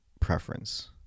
preference